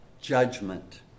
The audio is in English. judgment